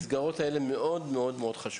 המסגרות האלה מאוד חשוב.